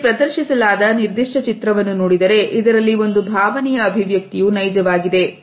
ಇಲ್ಲಿ ಪ್ರದರ್ಶಿಸಲಾದ ನಿರ್ದಿಷ್ಟ ಚಿತ್ರವನ್ನು ನೋಡಿದರೆ ಇದರಲ್ಲಿ ಒಂದು ಭಾವನೆಯ ಅಭಿವ್ಯಕ್ತಿಯೂ ನೈಜವಾಗಿದೆ